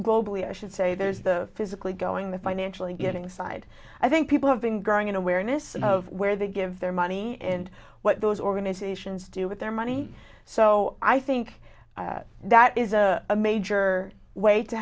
globally i should say there's the physically going the financial and getting side i think people have been growing in awareness of where they give their money and what those organizations do with their money so i think that is a major way to